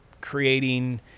creating